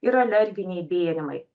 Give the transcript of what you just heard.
ir alerginiai bėrimai